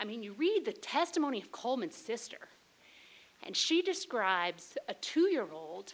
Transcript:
i mean you read the testimony of coleman sister and she describes a two year old